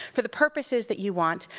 for the purposes that you want,